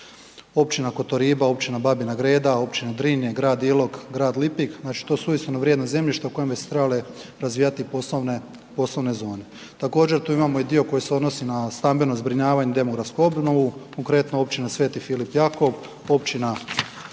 općina Kotorima, općina Babina Greda, općina Drinje, grad Ilok, grad Lipik znači to su uistinu vrijedna zemljišta u kojima bi se trebale razvijati poslovne zone. Također tu imamo dio koji se odnosi na stambeno zbrinjavanje i demografsku obnovu, konkretno općina Sveti Filip Jakov, općina